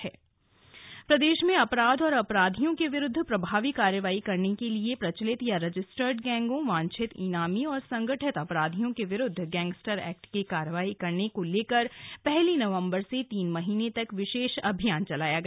police विशेष अभियान प्रदेश में अपराध और अपराधियों के विरुद्व प्रभावी कार्रवाई करने के लिए प्रचलित या रजिस्टर्ड गैंगों वांछित ईनामी और संगठित अपराधियों के विरूद्व गैंगस्टर एक्ट की कार्रवाई करने को लेकर पहली नवम्बर से तीन महीने तक विशेष अभियान चलाया गया